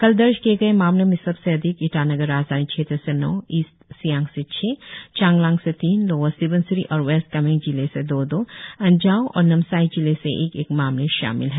कल दर्ज किए नए मामलों में सबसे अधिक ईटानगर राजधानी क्षेत्र से नौ ईस्ट सियांग से छह चांगलांग से तीन लोअर स्बनसिरी और वेस्ट कामेंग जिले से दो दो अंजाव और नामसाई जिले से एक एक मामले शामिल है